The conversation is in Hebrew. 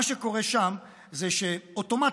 מה שקורה שם זה שאוטומטית,